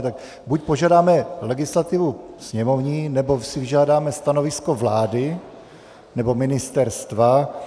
Tak buď požádáme legislativu sněmovní, nebo si vyžádáme stanovisko vlády, nebo ministerstva.